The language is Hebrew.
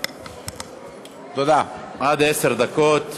בבקשה, עד עשר דקות.